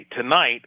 tonight